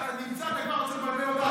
אתה נמצא, עד שהגעת, וכבר רוצה לבלבל אותה?